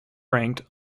ranked